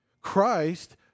Christ